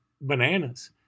bananas